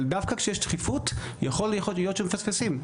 אבל דווקא כשיש דחיפות יכול להיות שמפספסים.